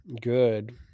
good